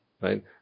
right